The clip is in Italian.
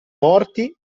morti